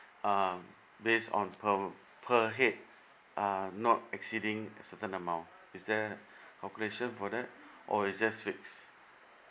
um base on per per head um not exceeding certain amount is there a calculation for that or is just fixed